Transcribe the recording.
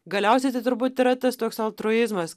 galiausiai tai turbūt yra tas toks altruizmas